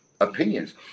opinions